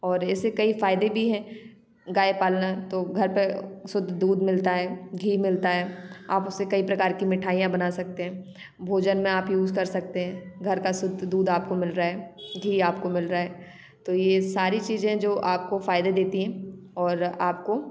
और इससे कई फायदे भी हैं गाय पालना तो घर पर अ शुद्ध दूध मिलता है घी मिलता है आप उससे कई प्रकार की मिठाइयाँ बना सकते हैं भोजन में आप यूज कर सकते हैं घर का शुद्ध दूध आपको मिल रहा है घी आपको मिल रहा है तो ये सारी चीज़ें जो आपको फायदे देती हैं और आपको